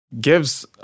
gives